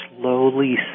slowly